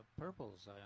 purples